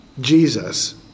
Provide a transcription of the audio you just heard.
Jesus